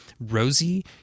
Rosie